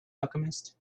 alchemist